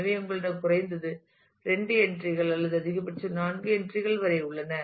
எனவே உங்களிடம் குறைந்தது இரண்டு என்ட்ரி கள் அல்லது அதிகபட்சம் 4 என்ட்ரி கள் வரை உள்ளன